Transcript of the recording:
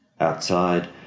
Outside